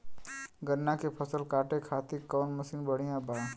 गन्ना के फसल कांटे खाती कवन मसीन बढ़ियां बा?